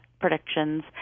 predictions